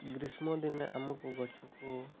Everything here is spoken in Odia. ଗ୍ରୀଷ୍ମ ଦିନେ ଆମକୁ ଗଛକୁ